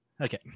Okay